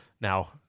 Now